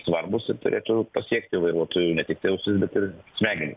svarbūs ir turėtų pasiekti vairuotojų ne tiktai ausis bet ir smegenis